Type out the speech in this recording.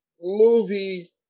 movie